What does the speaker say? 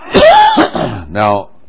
Now